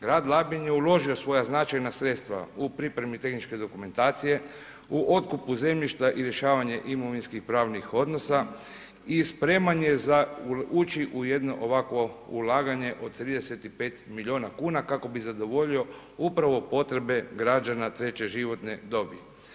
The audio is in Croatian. Grad Labin je uložio svoja značajna sredstva u pripremi tehničke dokumentacije, u otkupu zemljišta i rješavanje imovinsko-pravnih odnosa i sprema za ući u jedno ovakvo ulaganje od 35 milijuna kuna kako bi zadovoljio upravo potrebe građana treće životne dobi.